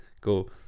go